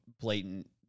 Blatant